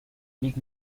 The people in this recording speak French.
mick